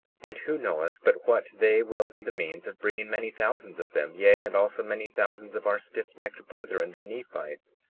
and who knoweth but what they will be the means of bringing many thousands of them, yea, and also many thousands of our stiffnecked brethren, the nephites,